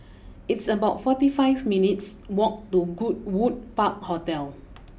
it's about forty five minutes walk to Goodwood Park Hotel